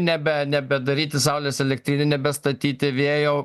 nebe nebedaryti saulės elektrinių nebestatyti vėjo